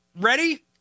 ready